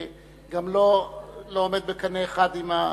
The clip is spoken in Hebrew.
וגם לא עולה בקנה אחד עם,